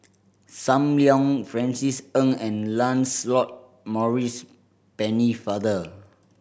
Sam Leong Francis Ng and Lancelot Maurice Pennefather